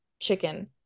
chicken